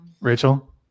rachel